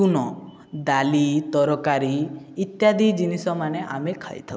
ତୁଣ ଡାଲି ତରକାରୀ ଇତ୍ୟାଦି ଜିନିଷମାନ ଆମେ ଖାଇଥାଉ